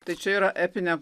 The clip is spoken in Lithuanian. tai čia yra epinė